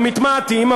הם מתמעטים,